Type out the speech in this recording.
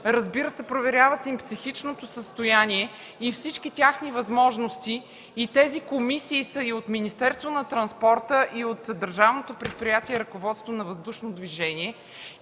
проверяват психичното им състояние и всички техни възможности. Тези комисии са и от Министерството на транспорта, и от Държавното предприятие „Ръководство на въздушно движение”.